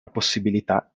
possibilità